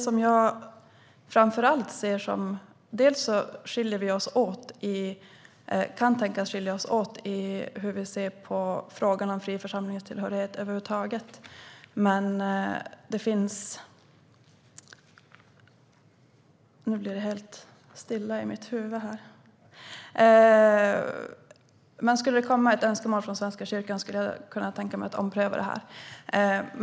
Där jag kan tänka mig att vi skiljer oss åt är i frågan om hur vi ser på fri församlingstillhörighet över huvud taget. Skulle det komma ett önskemål från Svenska kyrkan skulle jag alltså kunna tänka mig att ompröva det här.